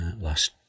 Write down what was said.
last